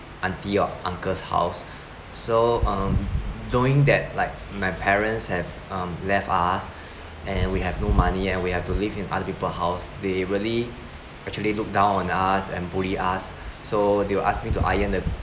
aunty or uncle's house so um knowing that like my parents have um left us and we have no money and we have to live in other people house they really actually look down on us and bully us so they will ask me to iron the